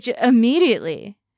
immediately